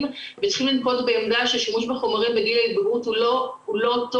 וצריכים לנקוט בעמדה ששימוש בחומרים בגיל ההתבגרות הוא לא טוב,